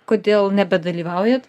kodėl nebedalyvaujat